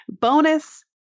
bonus